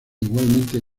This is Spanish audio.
igualmente